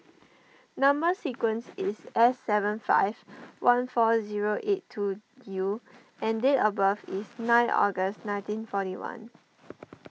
Number Sequence is S seven five one four zero eight two U and date of birth is nine August nineteen forty one